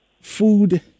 Food